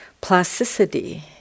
plasticity